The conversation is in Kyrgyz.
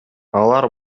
алар